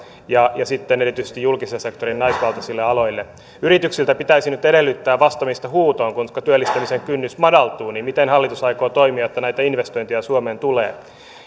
ja sitten erityisesti julkisen sektorin naisvaltaisille aloille yrityksiltä pitäisi nyt edellyttää vastaamista huutoon koska työllistämisen kynnys madaltuu miten hallitus aikoo toimia että näitä investointeja suomeen tulee